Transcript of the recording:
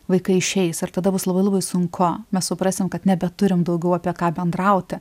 vaikai išeis ir tada bus labai labai sunku mes suprasim kad nebeturim daugiau apie ką bendrauti